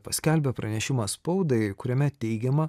paskelbė pranešimą spaudai kuriame teigiama